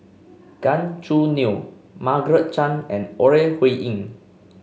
Gan Choo Neo Margaret Chan and Ore Huiying